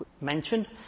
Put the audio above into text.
mentioned